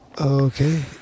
Okay